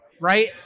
Right